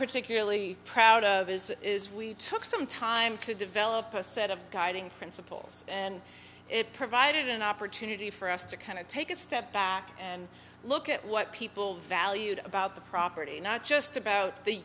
particularly proud of is is we took some time to develop a set of guiding principles and it provided an opportunity for us to kind of take a step back and look at what people valued about the property not just about the